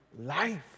Life